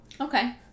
Okay